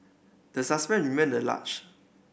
the suspect remained large